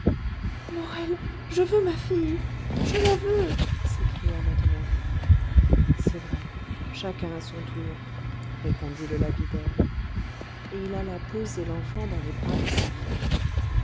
morel je veux ma fille je la veux s'écria madeleine c'est vrai chacun à son tour répondit le lapidaire et il alla poser l'enfant dans les bras de sa femme